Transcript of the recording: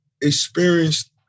experienced